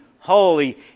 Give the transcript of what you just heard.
holy